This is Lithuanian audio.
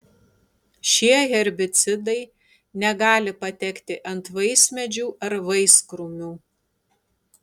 šie herbicidai negali patekti ant vaismedžių ar vaiskrūmių